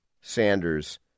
Sanders